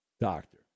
doctor